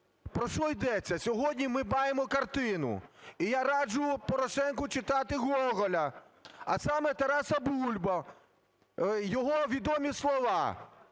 Про що йдеться? Сьогодні ми маємо картину, і я раджу Порошенку читати Гоголя, а саме "Тараса Бульбу", його відомі слова: